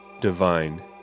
divine